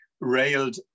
railed